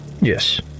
Yes